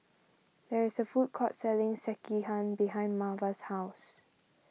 there is a food court selling Sekihan behind Marva's house